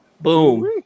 Boom